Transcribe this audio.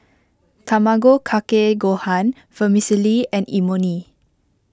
Tamago Kake Gohan Vermicelli and Imoni